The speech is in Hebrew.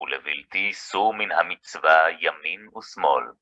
ולבלתי סור מן המצווה ימין ושמאל.